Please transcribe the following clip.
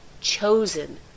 chosen